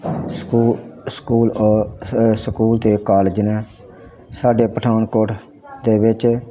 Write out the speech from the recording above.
ਸਕੂ school school ਅਤੇ college ਨੇ ਸਾਡੇ ਪਠਾਨਕੋਟ ਦੇ ਵਿੱਚ